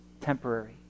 temporary